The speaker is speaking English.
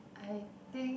I think